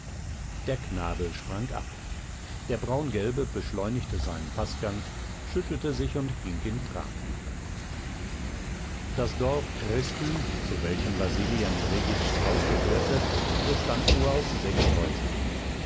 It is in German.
der knabe sprang ab der braungelbe beschleunigte seinen paßgang schüttelte sich und ging in trab über das dorf krestü zu welchem wasili andrejitschs haus gehörte bestand nur aus sechs häusern